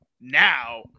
now